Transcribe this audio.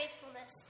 faithfulness